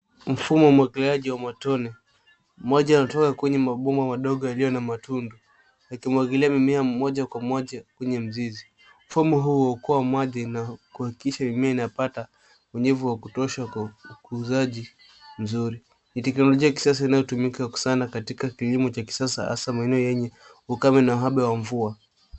Mfumo wa umwagiliaji wa matone. Moja inatoka kwenye maboma madogo yaliyo na matunda. Yakimwagilia mimea moja kwa moja kwenye mzizi. Mfumo huo huokoa maji na kuhakikisha mimea inapata unyevu wa kutosha kwa ukuzaji mzuri. Ni teknolojia ya kisasa inayotumika sana katika kilimo cha kisasa hasa maeneo yenye ukame na uhaba wa mvua.